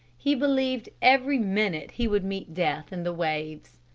he believed every minute he would meet death in the waves.